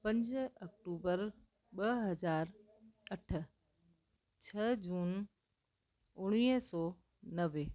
पंज अक्टूबर ॿ हज़ार अठ छह जून उणिवीह सौ नवे